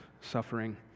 suffering